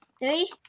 three